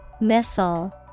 Missile